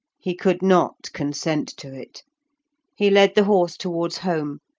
he could not consent to it he led the horse towards home,